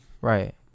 right